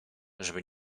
żeby